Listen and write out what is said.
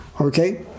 okay